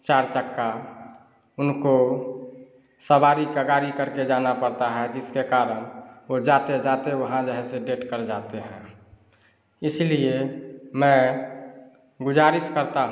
चार चक्का उनको सवारी की गाड़ी करके जाना पड़ता है जिसके कारण वह जाते जाते वहाँ जो है सो डेथ कर जाते हैं इसीलिए मैं गुज़ारिश करता हूँ